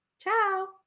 Ciao